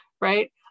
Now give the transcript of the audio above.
right